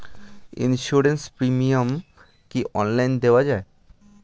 Insurance premium কি online দেওয়া যায়?